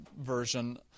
version